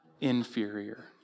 inferior